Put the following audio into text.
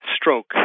stroke